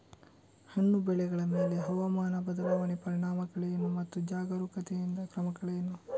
ಹಣ್ಣು ಬೆಳೆಗಳ ಮೇಲೆ ಹವಾಮಾನ ಬದಲಾವಣೆಯ ಪರಿಣಾಮಗಳೇನು ಮತ್ತು ಜಾಗರೂಕತೆಯಿಂದ ಕ್ರಮಗಳೇನು?